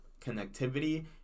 connectivity